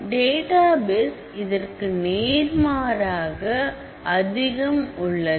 database இதற்கு நேர்மாறாக அதிகம் உள்ளது